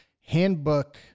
Handbook